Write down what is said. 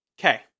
Okay